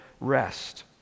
Rest